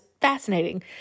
fascinating